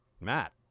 Matt